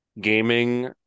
gaming